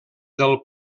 del